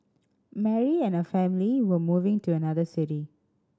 Mary and her family were moving to another city